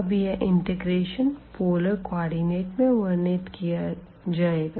अब यह integration polar coordinate में वर्णित किया जाएगा